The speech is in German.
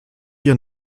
ihr